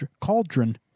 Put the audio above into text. cauldron